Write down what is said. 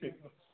ٹھیٖک گوٚو